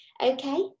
Okay